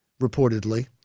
reportedly